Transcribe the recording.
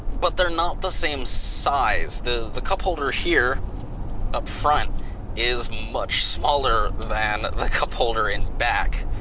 but they're not the same size. the the cup holder here up front is much smaller than the cup holder in back.